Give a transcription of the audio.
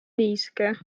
niiske